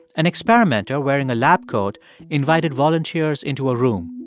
an experimenter wearing a lab coat invited volunteers into a room.